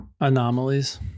Anomalies